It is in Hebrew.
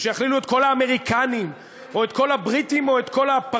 או שיכלילו את כל האמריקנים או את כל הבריטים או את כל הפרסים.